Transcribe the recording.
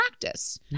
practice